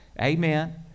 Amen